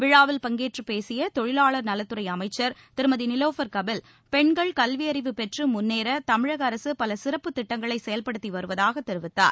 விழாவில் பங்கேற்றுப் பேசிய தொழிலாளர் நலத்துறை அமைச்சர் திருமதி நிலோஃபர் கபில் பெண்கள் கல்வி அறிவு பெற்று முன்னேற தமிழக அரசு பல சிறப்புத் திட்டங்களை செயல்படுத்தி வருவதாக தெரிவித்தார்